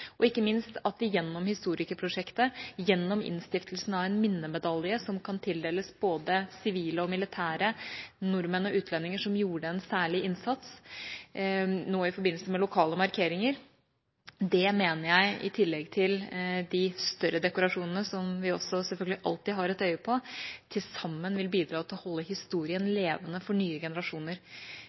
Ikke minst mener jeg at vi gjennom historikerprosjektet, gjennom innstiftelsen av en minnemedalje som kan tildeles både sivile og militære nordmenn og utlendinger som gjorde en særlig innsats, nå i forbindelse med lokale markeringer – i tillegg til de større dekorasjonene som vi selvfølgelig alltid har et øye på – til sammen vil bidra til å holde historien levende for nye generasjoner.